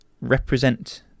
represent